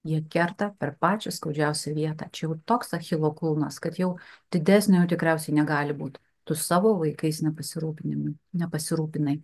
jie kerta per pačią skaudžiausią vietą čia jau toks achilo kulnas kad jau didesnio jau tikriausiai negali būt tu savo vaikais nepasirūpini nepasirūpinai